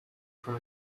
from